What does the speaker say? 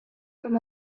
from